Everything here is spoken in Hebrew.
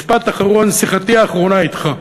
משפט אחרון, שיחתי האחרונה אתך,